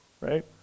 right